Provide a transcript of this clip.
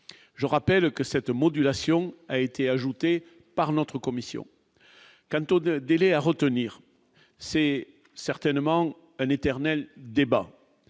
je rappelle que cette modulation, a été ajouté par notre commission quant aux de délai à retenir, c'est certainement un éternel débat,